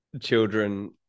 children